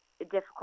difficult